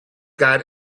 got